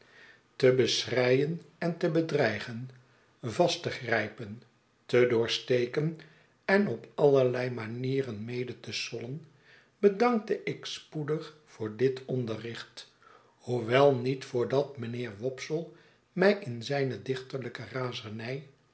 te beschreien en te bedreigen vast te grijpen te doorsteken en op allerlei manieren mede te sollen bedankte ik spoedig voor dit onderricht hoewel niet voordat mynheer wopsle mij in zijne dichterlijke razernij